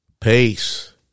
Peace